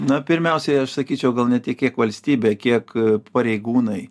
na pirmiausiai aš sakyčiau gal ne tiek kiek valstybė kiek pareigūnai